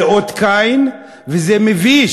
זה אות קין, וזה מביש.